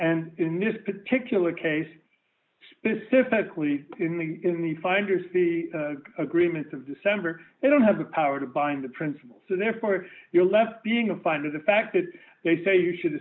and in this particular case specifically in the in the finder's the agreements of december you don't have the power to bind the principals so therefore if you're left being a finder the fact that they say you should